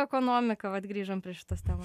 ekonomiką vat grįžom prie šitos temos